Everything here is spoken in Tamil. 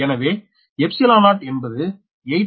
எனவே 𝜖0 என்பது 8